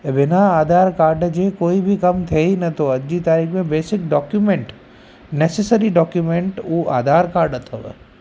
ऐं बिना आधार कार्ड जे कोई बि कम थिए ई नथो अॼ जी तारीख़ में बेसिक डॉक्यूमेंट नैसेसरी डॉक्यूमेंट उहो आधार कार्ड अथव